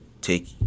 take